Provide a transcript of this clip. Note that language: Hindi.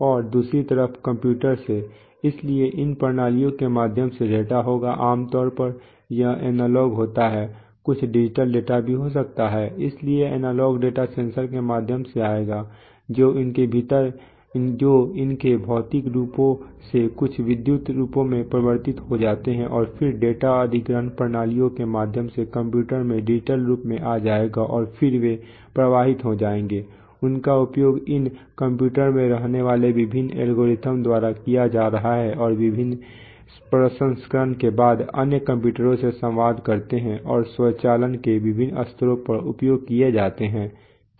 और दूसरी तरफ कंप्यूटर से इसलिए इन प्रणालियों के माध्यम से डेटा होगा आमतौर पर यह एनालॉग होता है कुछ डिजिटल डेटा भी हो सकता है इसलिए एनालॉग डेटा सेंसर के माध्यम से आएगा जो उनके भौतिक रूपों से कुछ विद्युत रूपों में परिवर्तित हो जाते हैं और फिर डेटा अधिग्रहण प्रणालियों के माध्यम से कंप्यूटरों में डिजिटल रूप में आ जाएगा और फिर वे प्रवाहित हो जाएंगे उनका उपयोग इन कंप्यूटरों में रहने वाले विभिन्न एल्गोरिदम द्वारा किया जा रहा है और वे विभिन्न प्रसंस्करण के बाद अन्य कंप्यूटरों से संवाद करते हैं और स्वचालन के विभिन्न स्तरों पर उपयोग किए जाते है